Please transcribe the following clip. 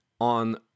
on